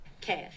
Cash